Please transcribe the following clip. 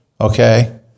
okay